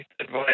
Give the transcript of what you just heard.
advice